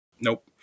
Nope